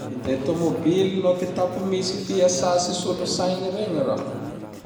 Minday tômôbily nao kitapo misy fiasà sy solosaigne regny raho.